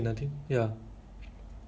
L O G S ah log log